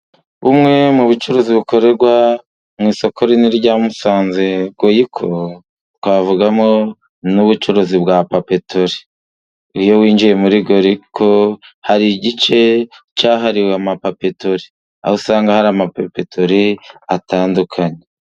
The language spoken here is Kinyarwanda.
Bumwe mu bucuruzi bukorerwa mu isoko rInini rya Musanze Goyiko twavugamo n'ubucuruzi bwa papetori. Iyo winjiye muri Goyiko, hari igice cyahariwe amapapetori, aho usanga hari amapapetori atandukanye.